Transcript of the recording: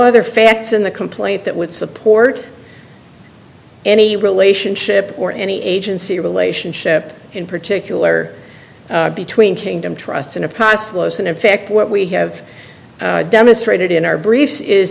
other facts in the complaint that would support any relationship or any agency relationship in particular between kingdom trusts in a priceless and in fact what we have demonstrated in our briefs is